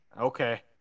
Okay